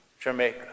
Jamaica